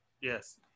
Yes